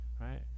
Right